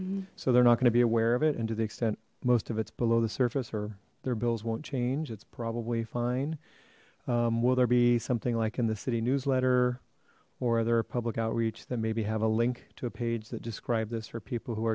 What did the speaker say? renters so they're not going to be aware of it and to the extent most of its below the surface or their bills won't change it's probably fine will there be something like in the city newsletter or other public outreach that maybe have a link to a page that describe this for people who